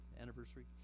anniversary